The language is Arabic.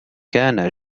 كان